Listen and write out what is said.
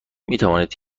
میتوانید